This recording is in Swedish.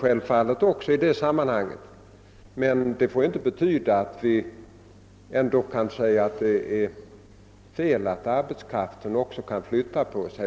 självfallet också i Norrbotten. Det får emellertid inte betyda att vi påstår att det är fel att arbetskraften också kan flytta på sig.